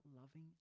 loving